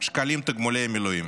שקלים תגמולי מילואים.